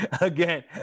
again